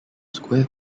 square